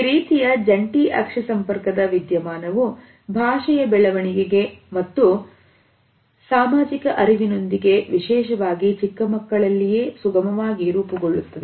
ಈ ರೀತಿಯ ಜಂಟಿ ಅಕ್ಷಿ ಸಂಪರ್ಕದ ವಿದ್ಯಮಾನವು ಭಾಷೆಯ ಬೆಳವಣಿಗೆಗೆ ಮತ್ತು ಸಾಮಾಜಿಕ ಅರಿವಿನೊಂದಿಗೆ ವಿಶೇಷವಾಗಿ ಚಿಕ್ಕಮಕ್ಕಳಲ್ಲಿಯೇ ಸುಗಮವಾಗಿ ರೂಪುಗೊಳ್ಳುತ್ತದೆ